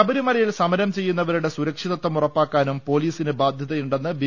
ശബരിമലയിൽ സമരം ചെയ്യുന്നവരുടെ സുരക്ഷിതത്വം ഉറപ്പാക്കാനും പൊ ലിസിന് ബാധ്യതയുണ്ടെന്ന് ബി